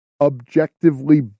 objectively